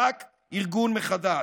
רק ארגון מחדש.